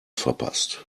verpasst